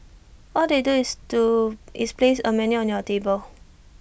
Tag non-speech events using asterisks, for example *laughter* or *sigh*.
all they *unintelligible* do is place A menu on your table